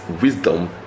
wisdom